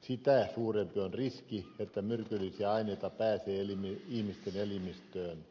sitä suurempi on riski että myrkyllisiä aineita pääsee ihmisten elimistöön